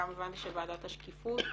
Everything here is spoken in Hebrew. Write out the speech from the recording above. גם הבנתי שוועדת השקיפות